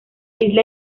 isla